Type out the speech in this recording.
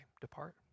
Depart